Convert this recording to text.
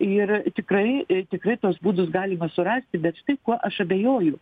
ir tikrai į tikrai tuos būdus galima surasti bet štai kuo aš abejoju